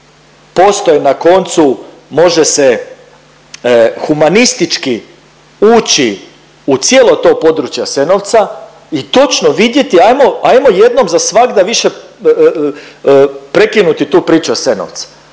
postoje na koncu može se humanistički ući u cijelo to područje Jasenovca i točno vidjeti, ajmo, ajmo jednom za svagda više prekinuti tu priču Jasenovca,